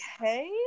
okay